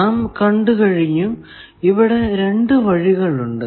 നാം കണ്ടു കഴിഞ്ഞു ഇവിടെ രണ്ടു വഴികൾ ഉണ്ട്